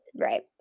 right